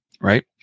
right